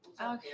Okay